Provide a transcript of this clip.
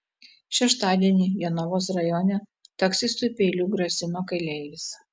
šeštadienį jonavos rajone taksistui peiliu grasino keleivis